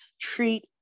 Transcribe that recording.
treat